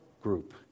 group